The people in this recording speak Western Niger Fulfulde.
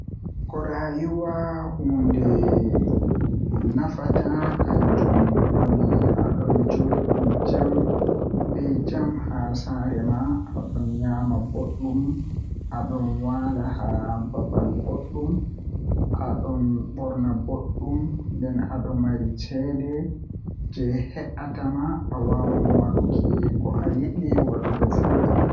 Dabbaji ɗon ekitina warooɓe maha haa zuriya maɓɓe beɗon ekitinabe hunde ɗuɗɗum haa duuɓi ko saali be duubi warande